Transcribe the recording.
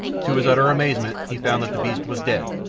to his utter amazement he found that the beast was dead.